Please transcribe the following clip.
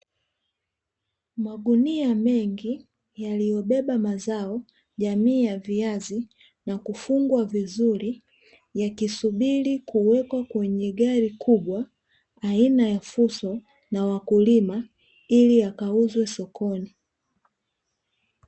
Magunia mengi yaliyobeba mazao jamii ya viazi na kufungwa vizuri, yakisubiri kuwekwa kwenye gari kubwa aina ya fuso na wakulima, ili yakauzwe sokoni.